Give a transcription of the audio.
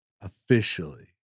Officially